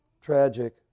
tragic